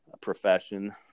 profession